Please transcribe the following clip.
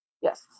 Yes